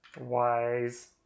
wise